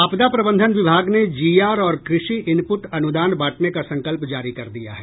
आपदा प्रबंधन विभाग ने जीआर और कृषि इनपुट अनुदान बांटने का संकल्प जारी कर दिया है